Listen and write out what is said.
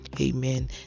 amen